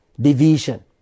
Division